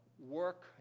Work